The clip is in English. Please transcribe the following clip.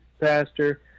pastor